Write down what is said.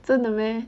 真的 meh